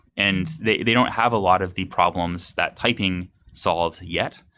and they they don't have a lot of the problems that typing solves yet.